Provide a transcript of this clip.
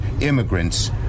immigrants